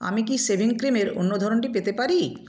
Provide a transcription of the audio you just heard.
আমি কি শেভিং ক্রিমের অন্য ধরনটি পেতে পারি